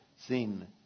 seen